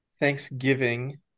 Thanksgiving